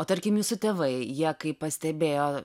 o tarkim jūsų tėvai jie kai pastebėjo